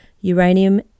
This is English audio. Uranium